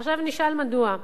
עכשיו, נשאל מדוע.